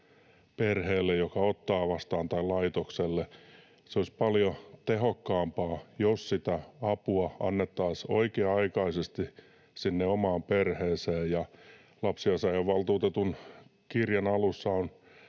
perheelle, joka ottaa vastaan, tai laitokselle. Se olisi paljon tehokkaampaa, jos sitä apua annettaisiin oikea-aikaisesti sinne omaan perheeseen. Lapsiasiainvaltuutetun kirjan alussa on